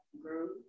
grew